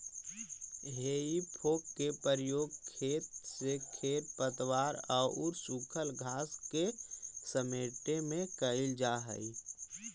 हेइ फोक के प्रयोग खेत से खेर पतवार औउर सूखल घास के समेटे में कईल जा हई